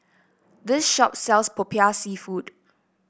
this shop sells popiah seafood